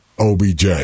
OBJ